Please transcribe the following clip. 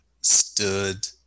stood